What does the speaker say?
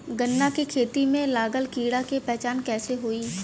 गन्ना के खेती में लागल कीड़ा के पहचान कैसे होयी?